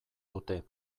dute